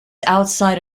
outside